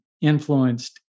influenced